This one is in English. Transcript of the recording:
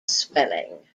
swelling